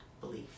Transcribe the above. belief